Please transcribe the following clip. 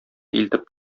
илтеп